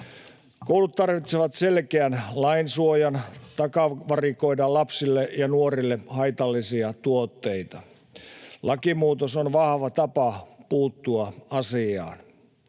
Koulut tarvitsevat selkeän lainsuojan takavarikoida lapsille ja nuorille haitallisia tuotteita. Lakimuutos on vahva tapa puuttua asiaan.